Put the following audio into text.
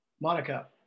monica